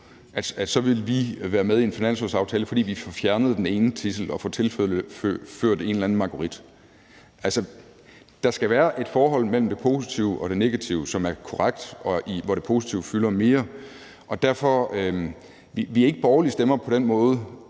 vil vi være med i en finanslovsaftale, fordi vi fjernede den ene tidsel og fik tilført en eller anden marguerit. Der skal være et forhold mellem det positive og det negative, som er korrekt, og hvor det positive fylder mest. Derfor er vi ikke borgerlige stemmer, der